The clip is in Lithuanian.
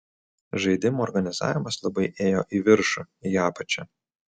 žaidimo organizavimas labai ėjo į viršų į apačią